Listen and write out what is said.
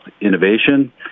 innovation